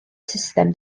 system